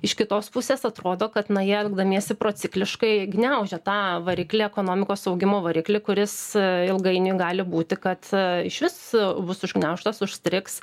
iš kitos pusės atrodo kad na jie elgdamiesi procikliškai gniaužia tą variklį ekonomikos augimo variklį kuris ilgainiui gali būti kad išvis bus užgniaužtas užstrigs